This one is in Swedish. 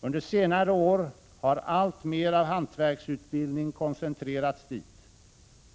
Under senare år har alltmer av hantverksutbildning koncentrerats dit,